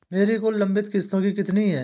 मेरी कुल लंबित किश्तों कितनी हैं?